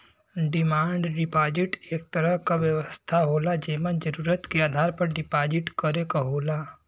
demand deposit एक तरह क व्यवस्था होला जेमन जरुरत के आधार पर डिपाजिट करे क होला